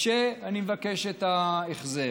ואני מבקש את ההחזר?